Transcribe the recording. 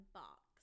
box